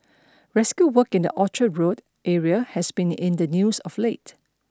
rescue work in the Orchard Road area has been in the news of late